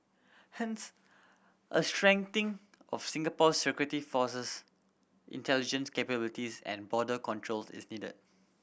hence a strengthening of Singapore's security forces intelligence capabilities and border controls is needed